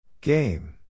Game